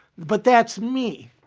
but that's me.